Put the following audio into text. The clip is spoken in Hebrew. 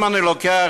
אם אני לוקח,